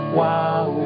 wow